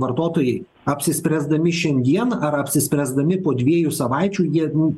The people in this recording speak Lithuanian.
vartotojai apsispręsdami šiandien ar apsispręsdami po dviejų savaičių dienų